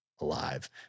alive